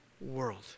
world